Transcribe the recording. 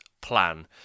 plan